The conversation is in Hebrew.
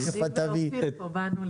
השר לפיתוח הפריפריה,